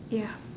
ya